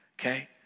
Okay